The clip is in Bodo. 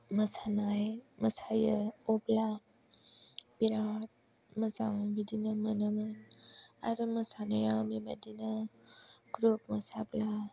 मोसानाय मोसायो अब्ला बिराद मोजां बिदिनो मोनोमोन आरो मोसानाया बेबादिनो ग्रुप मोसाब्ला